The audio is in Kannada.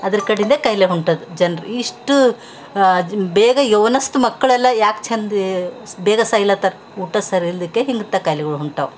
ಅದರ ಕಡಿಂದೆ ಕಾಯಿಲೆ ಹೊಂಟದ ಜನರು ಇಷ್ಟು ಬೇಗ ಯೌವ್ನಸ್ಥ ಮಕ್ಕಳೆಲ್ಲ ಯಾಕೆ ಚಂದ ಬೇಗ ಸಾಯ್ಲತ್ತಾರ ಊಟ ಸರಿಲ್ದಿಕ್ಕೆ ಇಂಥ ಕಾಯಿಲೆ ಹೊಂಟಾವ